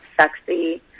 sexy